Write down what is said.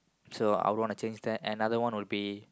so I would wanna change that another one would be